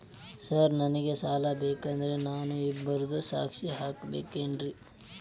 Sir ನನಗೆ ಸಾಲ ಬೇಕಂದ್ರೆ ನಾನು ಇಬ್ಬರದು ಸಾಕ್ಷಿ ಹಾಕಸಬೇಕೇನ್ರಿ?